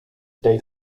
day